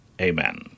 Amen